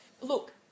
look